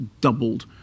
doubled